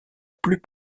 plus